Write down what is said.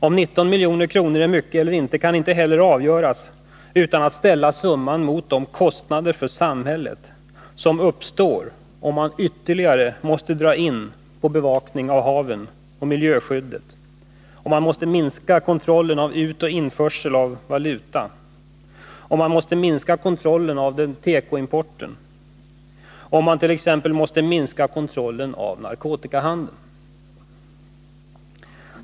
Om 19 milj.kr. är mycket eller inte kan inte heller avgöras utan att den summan ställs emot de kostnader för samhället som uppstår, om man ytterligare måste dra in på bevakningen av haven och på miljöskyddet, om man måste minska kontrollen av utoch införsel av valuta, om man måste minska kontrollen av tekoimporten eller om man t.ex. måste minska kontrollen av narkotikahandeln.